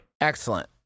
Excellent